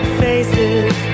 faces